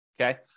Okay